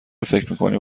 فکرمیکنیم